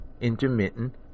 intermittent